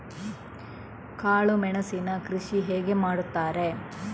ಕಾಳು ಮೆಣಸಿನ ಕೃಷಿ ಹೇಗೆ ಮಾಡುತ್ತಾರೆ?